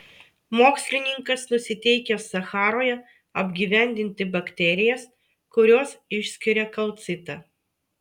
mokslininkas nusiteikęs sacharoje apgyvendinti bakterijas kurios išskiria kalcitą